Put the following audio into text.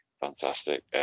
Fantastic